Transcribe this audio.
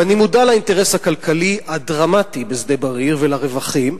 אני מודע לאינטרס הכלכלי הדרמטי בשדה-בריר ולרווחים,